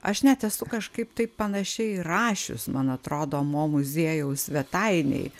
aš net esu kažkaip taip panašiai rašius man atrodo mo muziejaus svetainėj